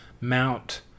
mount